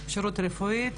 שירות רפואי,